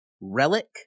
relic